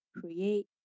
create